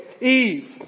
Eve